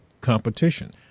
competition